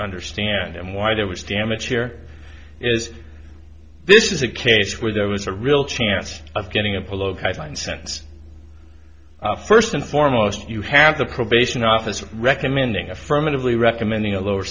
understand why there was damage here is this is a case where there was a real chance of getting a polo guidelines since first and foremost you have the probation officer recommending affirmatively recommending a lower